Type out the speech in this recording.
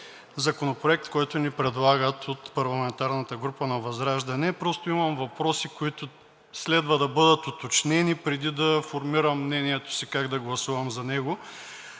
законопроект, който ни предлагат от парламентарната група на ВЪЗРАЖДАНЕ. Просто имам въпроси, които следва да бъдат уточнени, преди да формирам мнението си как да гласувам за него.